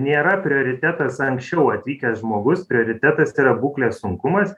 nėra prioritetas anksčiau atvykęs žmogus prioritetas yra būklės sunkumas